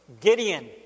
Gideon